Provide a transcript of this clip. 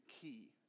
key